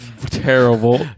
terrible